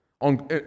On